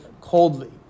coldly